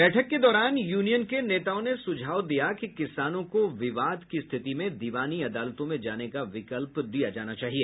बैठक के दौरान यूनियन के नेताओं ने सुझाव दिया कि किसानों को विवाद की स्थिति में दीवानी अदालतों में जाने का विकल्प दिया जाना चाहिए